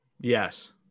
Yes